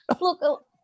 look